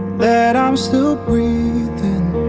that i'm still breathing